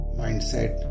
mindset